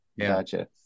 Gotcha